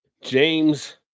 James